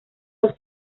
los